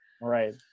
Right